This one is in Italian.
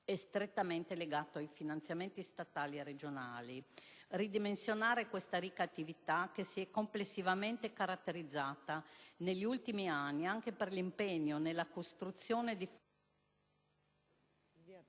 è strettamente legato ai finanziamenti statali e regionali. Ridimensionare questa ricca attività, che si è complessivamente caratterizzata negli ultimi anni anche per l'impegno nella costruzione di